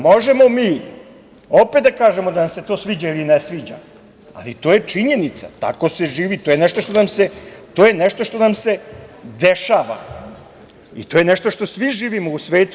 Možemo mi opet da kažemo da nam se to sviđa ili ne sviđa, ali to je činjenica, tako se živi, to je nešto što nam se dešava, i to je nešto što svi živimo u svetu.